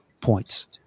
points